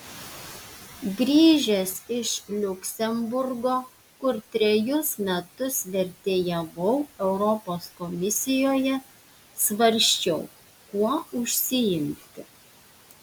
grįžęs iš liuksemburgo kur trejus metus vertėjavau europos komisijoje svarsčiau kuo užsiimti